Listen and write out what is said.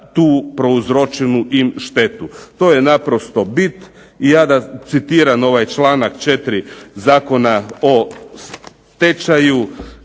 tu prouzročenu im štetu. To je naprosto bit i ja da citiram ovaj članak 4. Zakona o stečaju